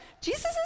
Jesus